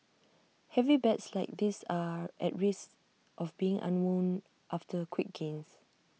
heavy bets like this are at risk of being unwound after quick gains